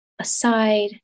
aside